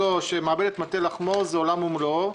שמאבד את מטה לחמו זה עולם ומלואו.